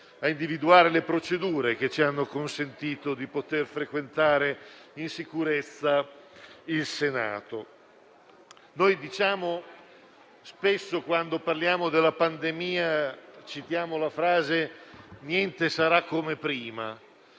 a individuare le procedure che ci hanno consentito di frequentare in sicurezza il Senato. Spesso, quando parliamo della pandemia, ripetiamo la frase: «Niente sarà come prima».